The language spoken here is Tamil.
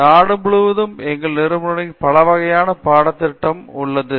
நிர்மலா நாடு முழுவதும் எங்கள் நிறுவனங்களில் பல வகையான பாடத்திட்டம் உள்ளது